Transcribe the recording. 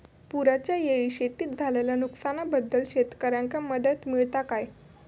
पुराच्यायेळी शेतीत झालेल्या नुकसनाबद्दल शेतकऱ्यांका मदत मिळता काय?